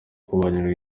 kubarwanya